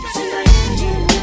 Tonight